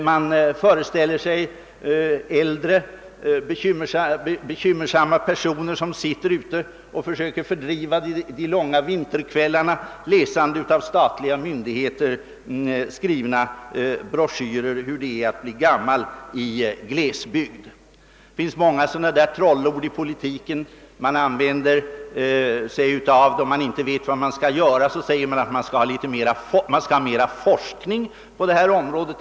Man föreställer sig äldre bekymrade personer som sitter och försöker fördriva de långa vinterkvällarna med att läsa av statliga myndigheter skrivna broschyrer om hur det är att bli gammal i en glesbygd. Det finns många sådana där trollord i politiken. Då man inte vet vad man skall göra säger man att det skall vara mera forskning på området.